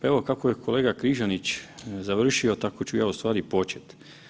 Evo kako je kolega Križanić završio tako ću ja ustvari počet.